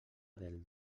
del